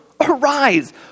Arise